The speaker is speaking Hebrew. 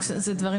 אלה דברים